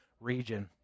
region